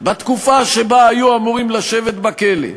בתקופה שבה היו אמורים לשבת בכלא,